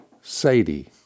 Sadie